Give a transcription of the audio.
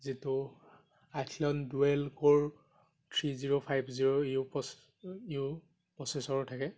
যিটো dual core three zero five zero ইউ পচ ইউ প্ৰচেচৰ থাকে